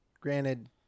Granted